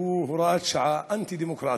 שהוא הוראת שעה, הוא אנטי-דמוקרטי,